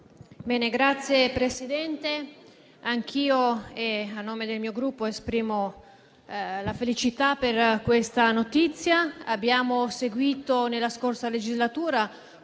Signor Presidente, anch'io, a nome del mio Gruppo, esprimo la felicità per questa notizia. Abbiamo seguito, nella scorsa legislatura,